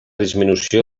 disminució